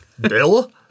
Bill